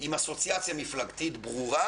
אסוציאציה מפלגתית ברורה